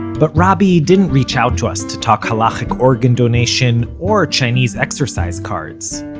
but robby didn't reach out to us to talk halachic organ donations or chinese exercise cards.